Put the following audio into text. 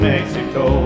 Mexico